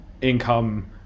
income